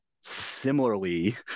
similarly